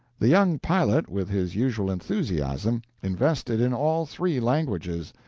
the young pilot, with his usual enthusiasm, invested in all three languages,